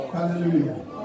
Hallelujah